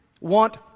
want